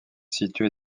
situé